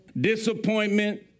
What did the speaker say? disappointment